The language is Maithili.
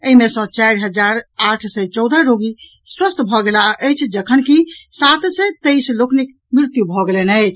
एहि मे सँ चारि हजार आठ सय चौदह रोगी स्वस्थ भऽ गेलाह अछि जखनकि सात सय तेईस लोकनिक मृत्यु भऽ गेलनि अछि